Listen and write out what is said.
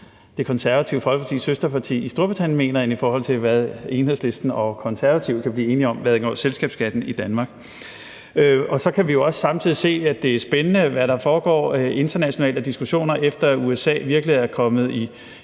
Det Konservative Folkepartis søsterparti i Storbritannien mener, end i forhold til hvad Enhedslisten og Konservative kan blive enige om i forhold til selskabsskatten i Danmark. Så kan vi jo også samtidig se, at det er spændende, hvad der foregår internationalt af diskussioner, efter at USA virkelig er kommet i